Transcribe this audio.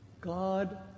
God